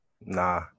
Nah